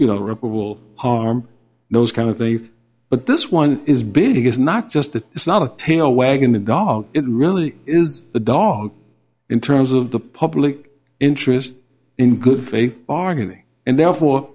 you know ripple harm those kind of a thing but this one is big is not just that it's not a tail wagging the dog it really is the dog in terms of the public interest in good faith bargaining and therefore